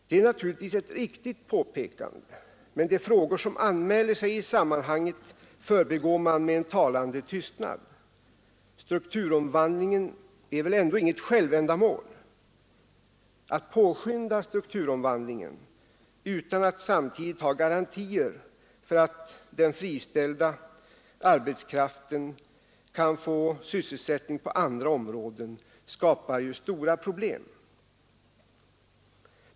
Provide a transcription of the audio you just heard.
Det är naturligtvis ett riktigt påpekande, men de frågor som anmäler sig i sammanhanget förbigår man med en talande tystnad. Strukturomvandlingen är väl inget självändamål. Att påskynda strukturomvandlingen utan att samtidigt ha garantier för att den friställda arbetskraften kan få sysselsättning på andra områden skapar ju stora problem.